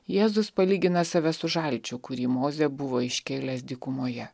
jėzus palygina save su žalčiu kurį mozė buvo iškėlęs dykumoje